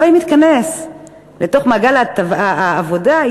אבל אם היא תיכנס למעגל העבודה,